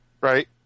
right